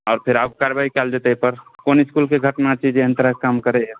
आओर फेर आगू कारवाइ कयल जेतै ओहिपर कोन इसकुलके काम छै जे एहन तरहक काम करैया